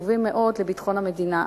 חשובים מאוד לביטחון המדינה.